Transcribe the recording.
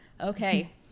okay